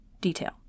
detail